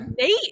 Nate